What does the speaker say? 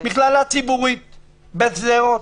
מכללה ציבורית בשדרות,